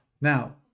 Now